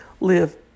live